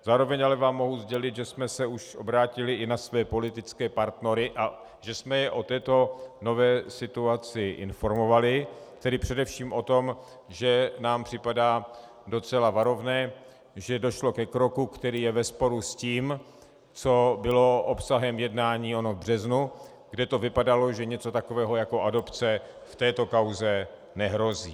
Zároveň vám ale mohu sdělit, že jsme se už obrátili i na své politické partnery a že jsme je o této nové situaci informovali, tedy především o tom, že nám připadá docela varovné, že došlo ke kroku, který je ve sporu s tím, co bylo obsahem jednání v březnu, kde to vypadalo, že něco takového jako adopce v této kauze nehrozí.